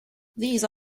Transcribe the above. these